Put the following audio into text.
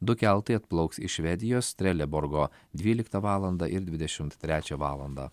du keltai atplauks iš švedijos treleborgo dvyliktą valandą ir dvidešimt trečią valandą